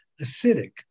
acidic